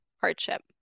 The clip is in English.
hardship